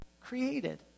created